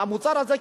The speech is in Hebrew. המוצר הזה,